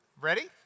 Ready